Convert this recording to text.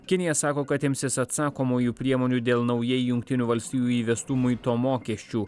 kinija sako kad imsis atsakomųjų priemonių dėl naujai jungtinių valstijų įvestų muito mokesčių